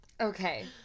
Okay